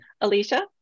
Alicia